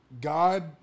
God